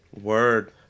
Word